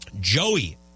Joey